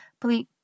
Please